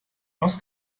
was